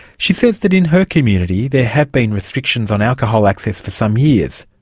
she says that in her community, there have been restrictions on alcohol access for some years,